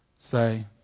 Say